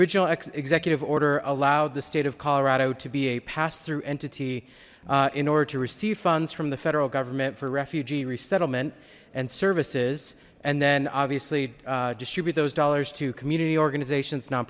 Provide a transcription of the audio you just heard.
original executive order allowed the state of colorado to be a pass through entity in order to receive funds from the federal government for refugee resettlement and services and then obviously distribute those dollars to community organizations